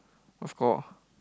what score